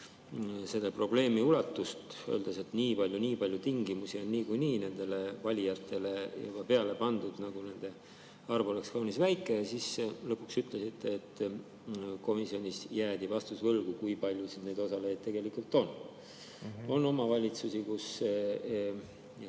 selle probleemi ulatust, öeldes, et nii palju tingimusi on niikuinii nendele valijatele seatud, et nende arv on kaunis väike. Siis lõpuks ütlesite, et komisjonis jäädi vastus võlgu, kui palju neid osalejaid tegelikult on. On omavalitsusi, kus